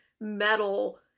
metal